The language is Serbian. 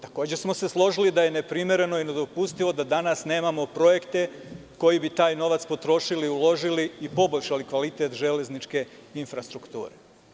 Takođe smo se složili da je neprimereno i nedopustivo da danas nemamo projekte koji bi taj novac potrošili i uložili i poboljšali kvalitet železničke infrastrukture.